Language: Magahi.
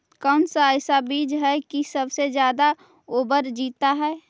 कौन सा ऐसा बीज है की सबसे ज्यादा ओवर जीता है?